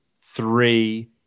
three